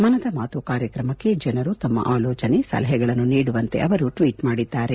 ಮನದ ಮಾತು ಕಾರ್ಯಕ್ರಮಕ್ಕೆ ಜನರು ತಮ್ಮ ಆಲೋಜನೆ ಸಲಹೆಗಳನ್ನು ನೀಡುವಂತೆ ಅವರು ಟ್ವೀಟ್ ಮಾಡಿದ್ದಾರೆ